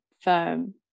firm